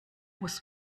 muss